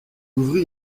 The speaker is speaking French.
ouvrit